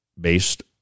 based